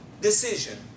decision